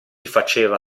faceva